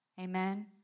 Amen